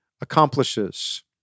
accomplishes